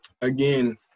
again